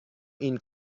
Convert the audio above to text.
این